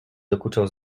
dokuczał